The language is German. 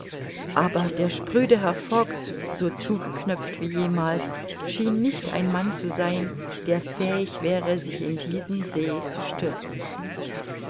aber der spröde herr fogg so zugeknöpft wie jemals schien nicht ein mann zu sein der fähig wäre sich in diesen see zu stürzen